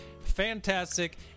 fantastic